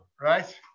Right